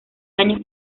años